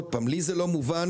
הוא יעמוד דומם?